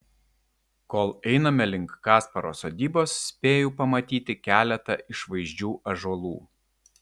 kol einame link kasparo sodybos spėju pamatyti keletą išvaizdžių ąžuolų